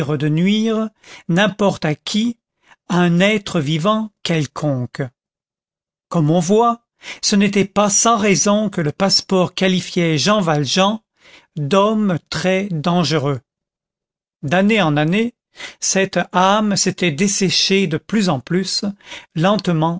de nuire n'importe à qui à un être vivant quelconque comme on voit ce n'était pas sans raison que le passeport qualifiait jean valjean d'homme très dangereux d'année en année cette âme s'était desséchée de plus en plus lentement